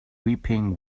weeping